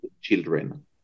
children